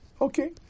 Okay